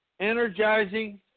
Energizing